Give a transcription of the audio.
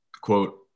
quote